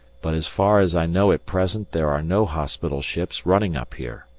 but as far as i know at present there are no hospital ships running up here.